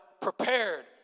prepared